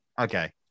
okay